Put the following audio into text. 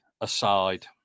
aside